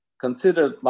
considered